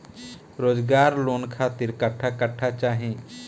रोजगार लोन खातिर कट्ठा कट्ठा चाहीं?